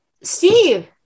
Steve